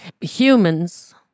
humans